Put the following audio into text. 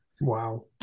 wow